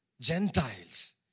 Gentiles